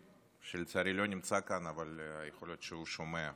שלצערי לא נמצא כאן אבל יכול להיות שהוא שומע בכל זאת,